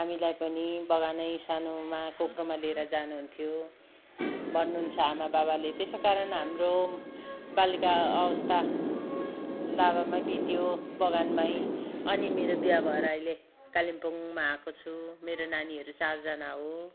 हामीलाई पनि बगानै सानोमा कोक्रोमा लिएर जानुहुन्थ्यो भन्नुहुन्छ आमा बाबाले त्यसै कारण हाम्रो बालक अवस्था लाभामै बित्यो बगानमै अनि मेरो बिहे भएर अहिले कालिम्पोङमा आएको छु मेरो नानीहरू चारजना हो